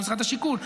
משרד השיכון.